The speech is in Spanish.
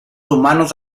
humanos